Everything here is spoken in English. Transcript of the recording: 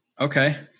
Okay